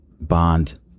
bond